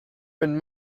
been